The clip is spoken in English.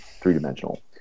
three-dimensional